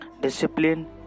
Discipline